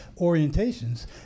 orientations